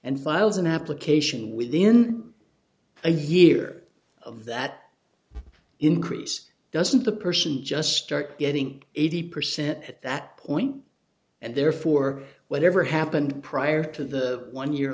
and files an application within a year of that increase doesn't the person just start getting eighty percent at that point and therefore whatever happened prior to the one year